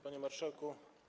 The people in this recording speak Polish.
Panie Marszałku!